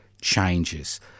changes